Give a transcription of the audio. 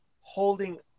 holding